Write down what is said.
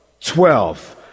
Twelve